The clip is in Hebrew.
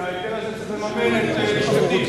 שההיטל הזה צריך לממן את לשכתי.